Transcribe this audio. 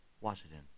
Washington